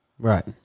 Right